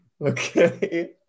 okay